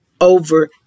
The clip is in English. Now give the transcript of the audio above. over